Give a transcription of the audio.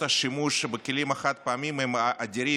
השימוש בכלים החד-פעמיים הם אדירים.